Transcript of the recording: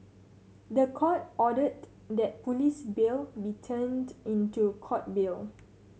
the Court ordered that police bail be turned into Court bail